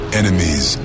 enemies